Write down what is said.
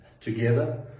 together